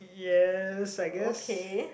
yes I guess